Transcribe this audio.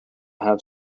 have